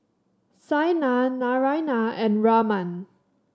Saina Naraina and Raman